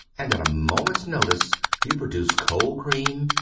and at a moment's notice you produce cold-cream,